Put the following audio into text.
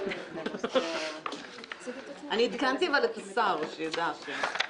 עדכנתי את השר שיידע.